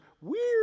weird